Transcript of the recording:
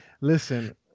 listen